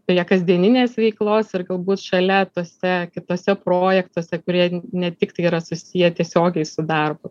prie kasdieninės veiklos ir galbūt šalia tuose kituose projektuose kurie ne tik tai yra susiję tiesiogiai su darbu